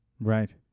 Right